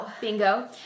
Bingo